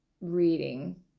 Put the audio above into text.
reading